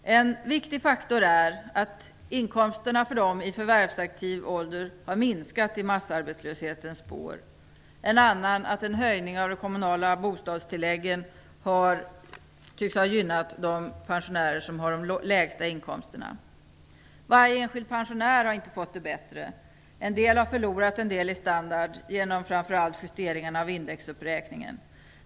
En viktig faktor är att inkomsterna för dem i förvärvsaktiv ålder har minskat i massarbetslöshetens spår. En annan faktor är att höjningen av de kommunala bostadstilläggen tycks ha gynnat de pensionärer som har de lägsta inkomsterna. Varje enskild pensionär har inte fått det bättre. Vissa har förlorat en del i standard genom framför allt justeringarna av indexuppräkningen.